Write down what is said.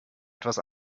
etwas